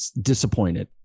disappointed